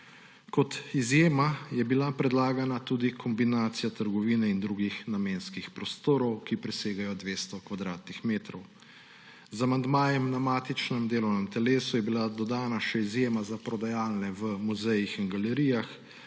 Kot izjema je bila predlagana tudi kombinacija trgovine in drugih namenskih prostorov, ki presegajo 200 kvadratnih metrov. Z amandmajem na matičnem delovnem telesu je bila dodatna še izjema za prodajalne v muzejih in galerijah,